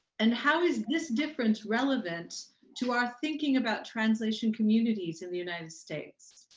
and how is this difference relevant to our thinking about translation communities in the united states?